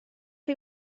chi